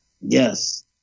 Yes